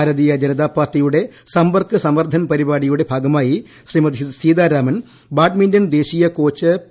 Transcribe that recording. ഭാരതീയ ജനതാ പാർട്ടിയുടെ സമ്പർക്ക് സമർദ്ധൻ പരിപാടിയുടെ ഭാഗമായി ശ്രീമതി സീതാരാമൻ ബാഡ്മിന്റൺ ദേശീയ കോച്ച് പി